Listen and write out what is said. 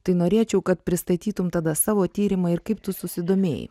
tai norėčiau kad pristatytum tada savo tyrimą ir kaip tu susidomėjai